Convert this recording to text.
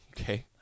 okay